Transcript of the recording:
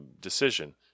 decision